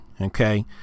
okay